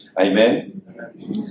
Amen